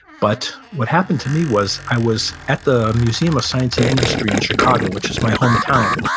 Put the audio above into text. but what happened to me was, i was at the museum of science and industry in chicago, which is my hometown,